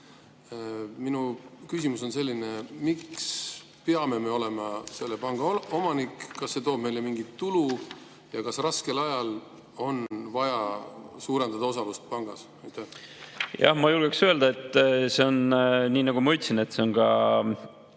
Minu küsimus on selline: miks me peame olema selle panga omanik? Kas see toob meile mingit tulu? Kas raskel ajal on vaja suurendada osalust pangas? Jah, ma julgeksin öelda, et see on nii, nagu ma ütlesin, et see on